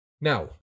Now